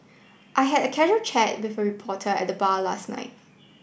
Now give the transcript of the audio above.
I had a casual chat with a reporter at the bar last night